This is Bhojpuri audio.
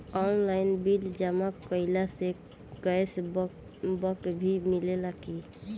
आनलाइन बिल जमा कईला से कैश बक भी मिलेला की?